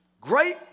great